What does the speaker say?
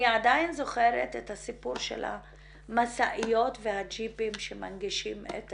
אני עדיין זוכרת את הסיפור של המשאיות והג'יפים שמנגישים את